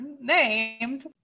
named